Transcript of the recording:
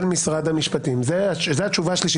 משרד המשפטים זאת התשובה השלישית.